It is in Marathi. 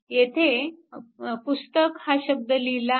येथे पुस्तक हा शब्द लिहिला आहे